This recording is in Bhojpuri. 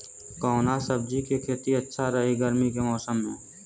कवना सब्जी के खेती अच्छा रही गर्मी के मौसम में?